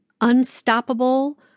unstoppable